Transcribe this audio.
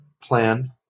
plan